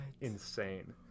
insane